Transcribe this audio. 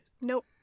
Nope